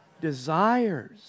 Desires